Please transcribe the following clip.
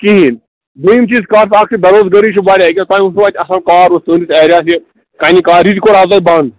کِہیٖنۍ دویِم چیٖز کَر ژٕ اَکھ چیٖز بےٚ روزگٲری چھُ واریاہ أکیاہ تۄہہِ وٕچھو اَتہِ اَصل کار اوس تُہٕندِس ایریاہَس یہِ کَنہِ کار یہِ تہِ کوٚر آز حظ بنٛد